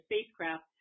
spacecraft